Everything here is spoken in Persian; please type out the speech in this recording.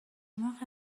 موقع